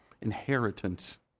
Inheritance